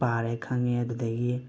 ꯄꯥꯔꯦ ꯈꯡꯉꯦ ꯑꯗꯨꯗꯒꯤ